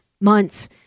months